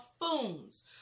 buffoons